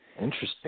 Interesting